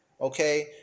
Okay